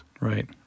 Right